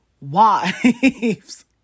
wives